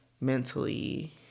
mentally